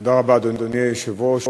תודה רבה, אדוני היושב-ראש.